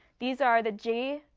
these are the g,